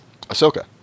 Ahsoka